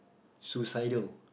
suicidal